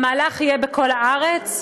המהלך יהיה בכל הארץ.